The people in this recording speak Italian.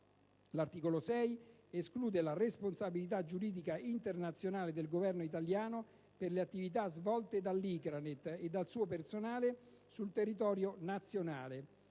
L'articolo 6 esclude la responsabilità giuridica internazionale del Governo italiano per le attività svolte dall'ICRANET e dal suo personale sul territorio nazionale;